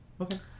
Okay